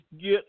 get